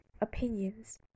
opinions